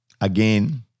again